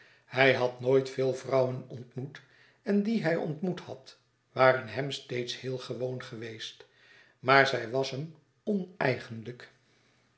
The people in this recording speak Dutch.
hij had nooit veel vrouwen ontmoet en die hij ontmoet had waren hem steeds heel gewoon geweest maar zij was hem oneigenlijk